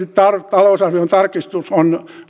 talousarvion tarkistus